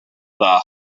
dda